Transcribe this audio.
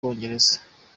cyongereza